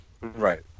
Right